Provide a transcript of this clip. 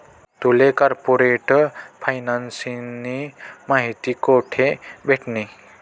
तुले कार्पोरेट फायनान्सनी माहिती कोठे भेटनी?